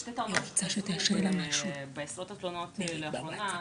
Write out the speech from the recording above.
שתי טענות חזרו בעשרות התלונות לאחרונה.